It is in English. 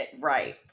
Right